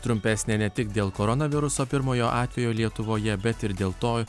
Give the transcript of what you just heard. trumpesnė ne tik dėl koronaviruso pirmojo atvejo lietuvoje bet ir dėl to